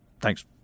Thanks